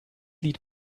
lied